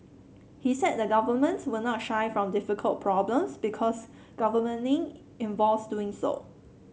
he said the government will not shy from difficult problems because governing involves doing those